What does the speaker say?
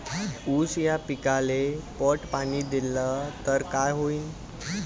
ऊस या पिकाले पट पाणी देल्ल तर काय होईन?